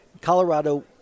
Colorado